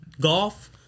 golf